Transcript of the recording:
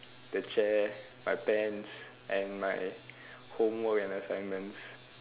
the chair my pants and my homework and assignments